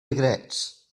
regrets